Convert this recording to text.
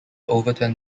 overturned